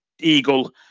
Eagle